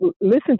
listen